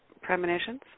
premonitions